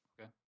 okay